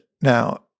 now